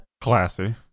Classy